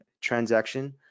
transaction